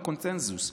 בקונסנזוס,